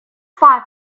far